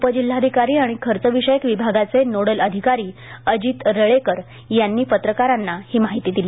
उपजिल्हाधिकारी आणि खर्च विषयक विभागाचे नोडल अधीकारी अजित रेळेकर यांनी पत्रकारांना ही माहिती दिली